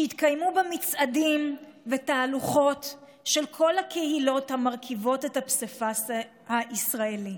שיתקיימו בה מצעדים ותהלוכות של כל הקהילות המרכיבות את הפסיפס הישראלי.